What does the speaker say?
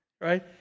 Right